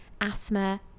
asthma